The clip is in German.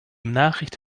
nachricht